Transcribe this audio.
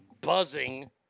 buzzing